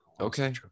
Okay